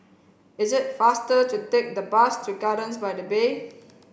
it is faster to take the bus to Gardens by the Bay